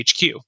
HQ